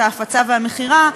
את ההפצה ואת המכירה.